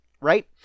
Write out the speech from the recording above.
right